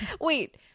wait